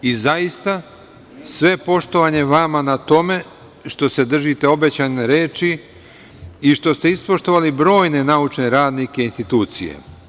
I, zaista, sve poštovanje vama na tome što se držite obećane reči i što ste ispoštovali brojne naučne radnike i institucije.